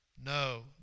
No